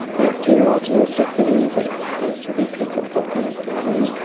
thanks to martin austwick for the music, thanks to the people of podcon for having me,